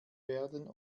werden